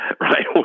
right